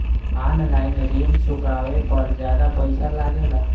आन line ऋण चुकावे पर ज्यादा पईसा लगेला?